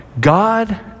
God